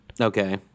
Okay